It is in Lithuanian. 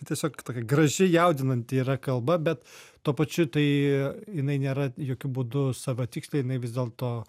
tiesiog tokia graži jaudinanti yra kalba bet tuo pačiu tai jinai nėra jokiu būdu savatikslė jinai vis dėlto